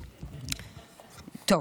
טוב,